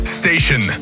station